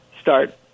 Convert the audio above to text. start